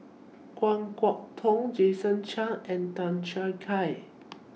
Kan Kwok Toh Jason Chan and Tan Choo Kai